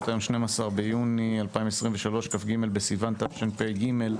היום 12 ליוני 2023 - כ"ג בסיון תשפ"ג.